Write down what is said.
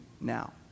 now